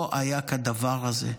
לא היה כדבר הזה.